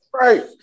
Right